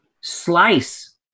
slice